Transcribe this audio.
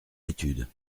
étude